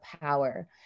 power